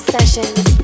Sessions